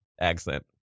accent